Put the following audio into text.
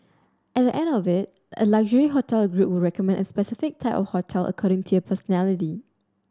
at the end of it a luxury hotel group would recommend a specific type holiday according to your personality